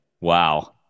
Wow